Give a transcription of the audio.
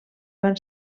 van